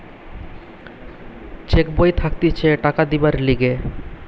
check বই থাকতিছে টাকা দিবার লিগে